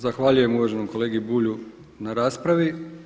Zahvaljujem uvaženom kolegi Bulju na raspravi.